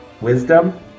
Wisdom